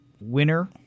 Winner